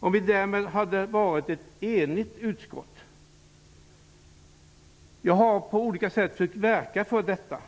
och vi därmed hade varit ett enigt utskott. Jag har på olika sätt sökt verka för detta.